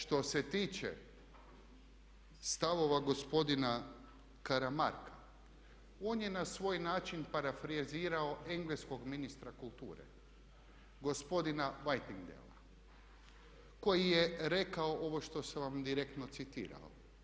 Što se tiče stavova gospodina Karamarka on je na svoj način parafrazirao engleskog ministra kulture gospodina Whittingdalea koji je rekao ovo što sam vam direktno citirao.